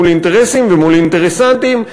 מול אינטרסים ומול אינטרסנטים,